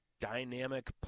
dynamic